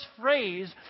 phrase